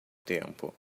tempo